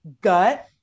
gut